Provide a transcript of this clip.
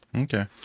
Okay